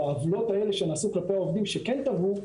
העוולות האלה שעשו כלפי העובדים שכן תבעו,